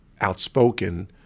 outspoken